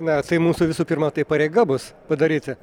na tai mūsų visų pirma tai pareiga bus padaryti